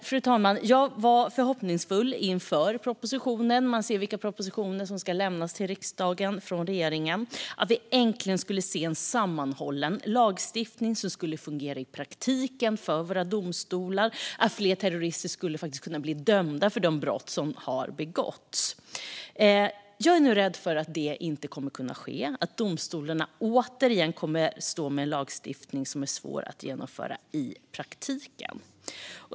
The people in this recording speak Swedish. Fru talman! Jag var förhoppningsfull inför den här propositionen. Man kan se vilka propositioner som ska lämnas till riksdagen från regeringen. Jag hoppades att vi äntligen skulle få se en sammanhållen lagstiftning som skulle fungera i praktiken för våra domstolar så att fler terrorister skulle kunna dömas för de brott de begått. Nu är jag rädd att det inte kommer att kunna ske och att domstolarna återigen kommer att stå med en lagstiftning som är svår att genomföra i praktiken.